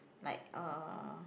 like uh